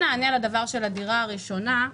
לגבי דירה ראשונה,